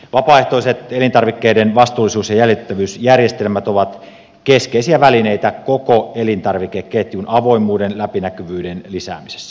vapaaehtoiset elintarvikkeiden vastuullisuus ja jäljitettävyysjärjestelmät ovat keskeisiä välineitä koko elintarvikeketjun avoimuuden läpinäkyvyyden lisäämisessä